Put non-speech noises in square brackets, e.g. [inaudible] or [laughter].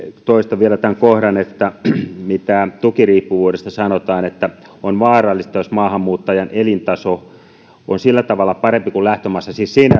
toistan vielä tämän kohdan mitä tukiriippuvuudesta sanotaan että on vaarallista jos maahanmuuttajan elintaso on sillä tavalla parempi kuin lähtömaassa siis siinä [unintelligible]